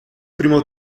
primo